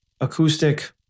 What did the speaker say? acoustic